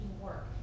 Work